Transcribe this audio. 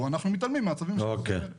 מה המצב החוקי היום ביהודה ושומרון,